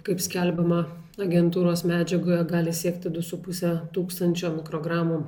kaip skelbiama agentūros medžiagoje gali siekti du su puse tūkstančio mikrogramų